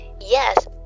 yes